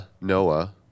Noah